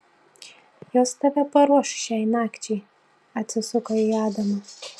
jos tave paruoš šiai nakčiai atsisuka į adamą